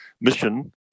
mission